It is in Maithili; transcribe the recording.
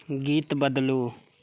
गीत बदलू